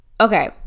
Okay